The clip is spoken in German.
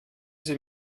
sie